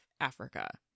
Africa